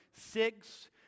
six